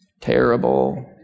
terrible